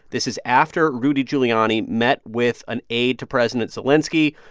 this is after rudy giuliani met with an aide to president zelenskiy.